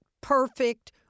perfect